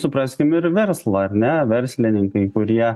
supraskime ir verslą ar ne verslininkai kurie